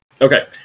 Okay